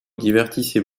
divertissez